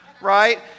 Right